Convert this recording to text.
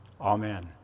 amen